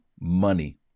money